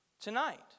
tonight